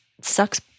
sucks